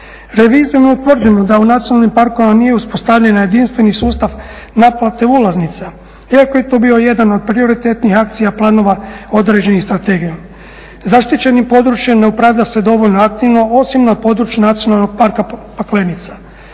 Revizijom je utvrđeno da u nacionalnim parkovima nije uspostavljen jedinstveni sustav naplate ulaznica, iako je to bio jedan od prioritetnih akcija planova određenih strategijom. Zaštićenim područjem ne upravlja se dovoljno aktivno, osim na području Nacionalnog parka Paklenica.